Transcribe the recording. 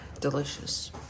delicious